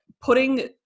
putting